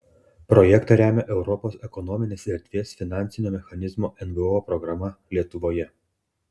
projektą remia europos ekonominės erdvės finansinio mechanizmo nvo programa lietuvoje